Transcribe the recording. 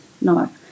No